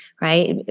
right